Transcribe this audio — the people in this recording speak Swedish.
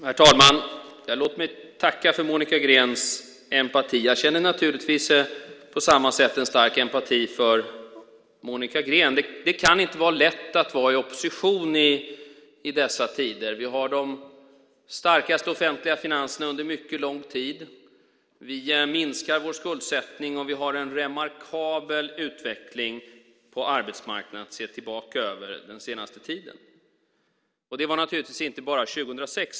Herr talman! Låt mig tacka för Monica Greens empati. Jag känner naturligtvis på samma sätt en stark empati för Monica Green. Det kan inte vara lätt att vara i opposition i dessa tider. Vi har de starkaste offentliga finanserna under mycket lång tid, vi minskar vår skuldsättning, och vi har en remarkabel utveckling på arbetsmarknaden att se tillbaka på den senaste tiden. Det var naturligtvis inte bara 2006.